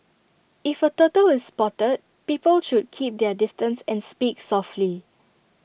if A turtle is spotted people should keep their distance and speak softly